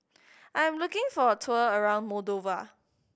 I am looking for a tour around Moldova